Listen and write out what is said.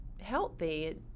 healthy